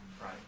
right